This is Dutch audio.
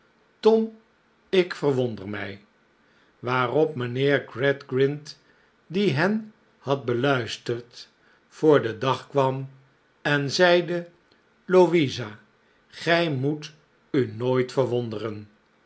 tom ik verwonder mij waarop mijnheer gradgrind die hen had beluisterd voor den dag kwam en zeide louisa gij moet u nooit verwonderen